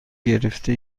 گرفته